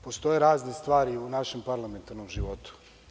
Postoje razne stvari u našem parlamentarnom životu.